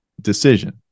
decision